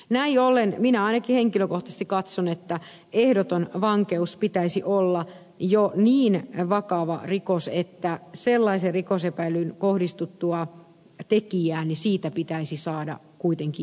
näin ollen minä ainakin henkilökohtaisesti katson että teon josta on tuomittu ehdottomaan vankeuteen pitäisi olla jo niin vakava rikos että sellaisen rikosepäilyn kohdistuttua tekijään siitä pitäisi saada kuitenkin jatkossa valittaa